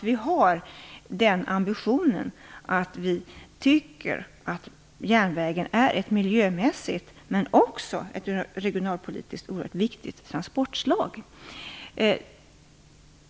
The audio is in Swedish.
Vi tycker järnvägen är ett miljömässigt men också regionalpolitiskt viktigt transportslag.